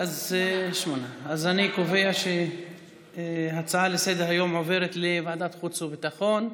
אז אני קובע שהצעה לסדר-היום עוברת לוועדת החוץ והביטחון.